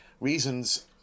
Reasons